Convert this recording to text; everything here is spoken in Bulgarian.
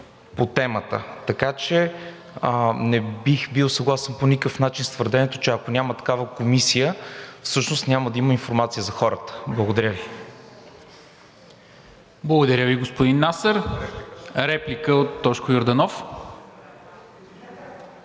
по темата. Така че не бих бил съгласен по никакъв начин с твърдението, че ако няма такава комисия, всъщност няма да има информация за хората. Благодаря Ви. ПРЕДСЕДАТЕЛ НИКОЛА МИНЧЕВ: Благодаря Ви, господин Насър. Реплика от Тошко Йорданов.